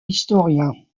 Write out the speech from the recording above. historien